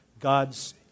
God's